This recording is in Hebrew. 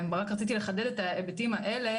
אני רציתי רק לחדד את ההיבטים האלה,